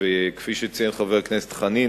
וכפי שציין חבר כנסת חנין,